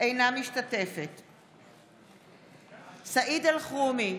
אינה משתתפת בהצבעה סעיד אלחרומי,